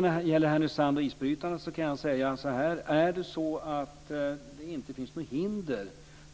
När det gäller Härnösand och isbrytaren kan jag säga som så att om det inte finns något hinder